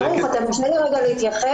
ברוך, תרשה לי להתייחס.